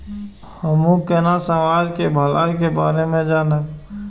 हमू केना समाज के भलाई के बारे में जानब?